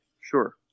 Sure